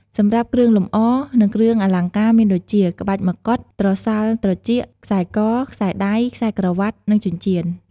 សម្រាប់គ្រឿងលម្អ និងគ្រឿងអលង្ការមានដូចជា ក្បាច់មកុដ ត្រសាល់ត្រចៀក ខ្សែក ខ្សែដៃ ខ្សែក្រវាត់ និងចិញ្ចៀន ។